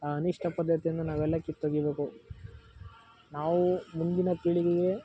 ಆ ಅನಿಷ್ಠ ಪದ್ದತಿಯನ್ನು ನಾವೆಲ್ಲ ಕಿತ್ತೊಗಿಬೇಕು ನಾವು ಮುಂದಿನ ಪೀಳಿಗೆಗೆ